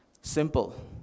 Simple